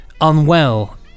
unwell